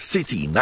City